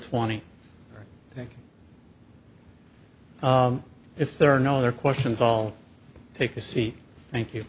twenty if there are no other questions all take a seat thank you